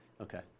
Okay